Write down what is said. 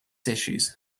issues